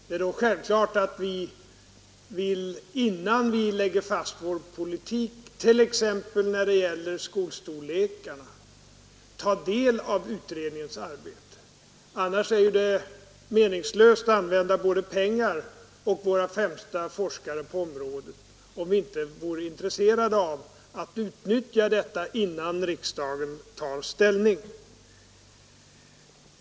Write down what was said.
Det är då självklart att vi, innan vi lägger fast vår politik t.ex. när det gäller skolstorlekar, vill ta del av utredningens arbete. Annars skulle det ju vara meningslöst att använda både pengar och våra svenska forskare på området, om vi inte vore intresserade av att utnyttja utredningsmaterialet innan riksdagen tar ställning.